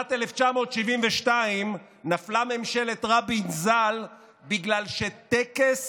בשנת 1976 נפלה ממשלת רבין ז"ל בגלל שטקס